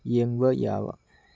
ꯌꯦꯡꯕ ꯌꯥꯕ